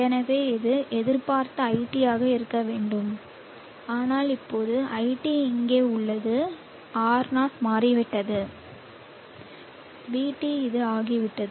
எனவே இது எதிர்பார்த்த iT ஆக இருக்க வேண்டும் ஆனால் இப்போது iT இங்கே உள்ளது R0 மாறிவிட்டது vT இது ஆகிவிட்டது